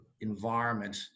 environment